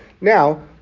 Now